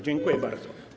Dziękuję bardzo.